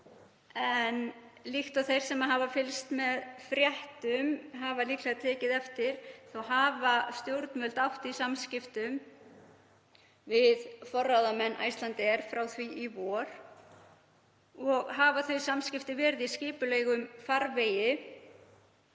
Líkt og þeir sem hafa fylgst með fréttum hafa líklega tekið eftir hafa stjórnvöld átt í samskiptum við forráðamenn Icelandair frá því í vor og hafa þau samskipti verið í skipulegum farvegi.